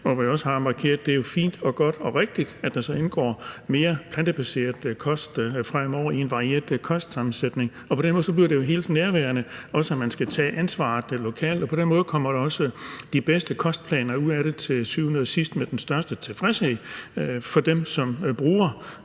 er det fint og godt og rigtigt, at der så indgår mere plantebaseret kost fremover i en varieret kostsammensætning. På den måde bliver det jo helt nærværende, også at man skal tage ansvaret lokalt, og på den måde kommer der også de bedste kostplaner ud af det til syvende og sidst med den største tilfredshed for dem, som bruger